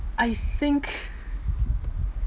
I think